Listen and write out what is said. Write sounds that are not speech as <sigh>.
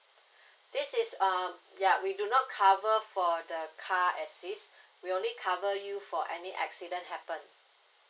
<breath> this is uh ya we do not cover for the car assists <breath> we only cover you for any accident happen